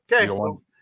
okay